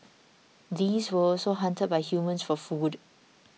these were also hunted by humans for food